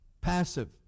passive